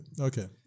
okay